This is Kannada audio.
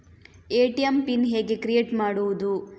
ಎ.ಟಿ.ಎಂ ಪಿನ್ ಹೇಗೆ ಕ್ರಿಯೇಟ್ ಮಾಡುವುದು?